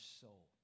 soul